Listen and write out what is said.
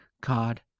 God